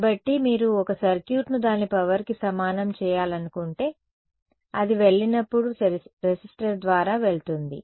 కాబట్టి మీరు ఒక సర్క్యూట్ను దాని పవర్కి సమానం చేయాలనుకుంటే అది వెళ్లినప్పుడు రెసిస్టర్ ద్వారా వెళుతుంది